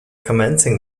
commencing